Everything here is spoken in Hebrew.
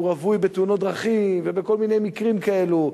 כשהוא רווי בתאונות דרכים ובכל מיני מקרים כאלה.